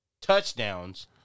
touchdowns